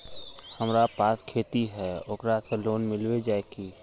हमरा पास खेती है ओकरा से लोन मिलबे जाए की?